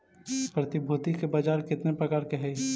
प्रतिभूति के बाजार केतने प्रकार के हइ?